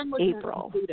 April